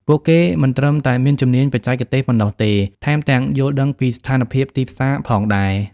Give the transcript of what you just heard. ពួកគេមិនត្រឹមតែមានជំនាញបច្ចេកទេសប៉ុណ្ណោះទេ ថែមទាំងយល់ដឹងពីស្ថានភាពទីផ្សារផងដែរ។